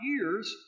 years